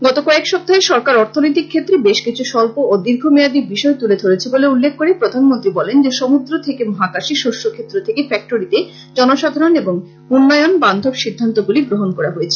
গত কয়েক সপ্তাহে সরকার অর্থনৈতিক ক্ষেত্রে বেশকিছু স্বল্প ও দীর্ঘমেয়াদী বিষয় তুলে ধরেছে বলে উল্লেখ করে প্রধানমন্ত্রী বলেন যে সমুদ্র থেকে মহাকাশে শস্যক্ষেত্র থেকে ফ্যাক্টরিতে জনসাধারণ এবং উন্নয়ন বান্ধব সিদ্ধান্তগুলি গ্রহণ করা হয়েছে